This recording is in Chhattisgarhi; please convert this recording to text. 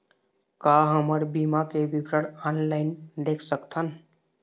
का हमर बीमा के विवरण ऑनलाइन देख सकथन?